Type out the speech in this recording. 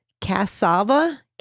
Cassava